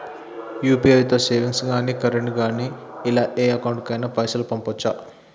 UPI తో savings గాని current గాని ఇలా ఏ అకౌంట్ కైనా పైసల్ పంపొచ్చా?